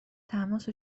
تماس